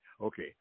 okay